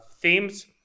themes